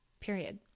period